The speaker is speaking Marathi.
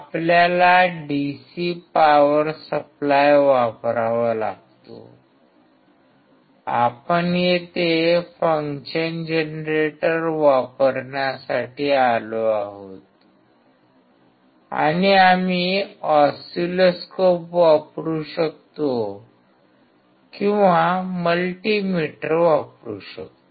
आपल्याला डिसी पॉवर सप्लाय वापरावा लागतो आपण येथे फंक्शन जनरेटर वापरण्यासाठी आलो आहोत आणि आम्ही ऑसिलोस्कोप वापरू शकतो किंवा मिलिमीटर वापरू शकतो